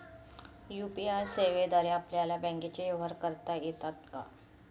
UPI सेवेद्वारे आपल्याला बँकचे व्यवहार करता येतात का?